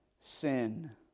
sin